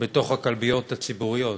בתוך הכלביות הציבוריות.